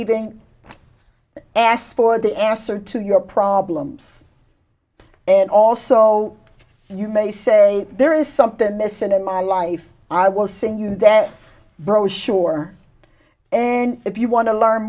even ask for the answer to your problems and also you may say there is something missing in my life i will send you that brochure and if you want to learn